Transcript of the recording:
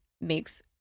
makes